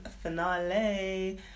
finale